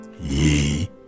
ye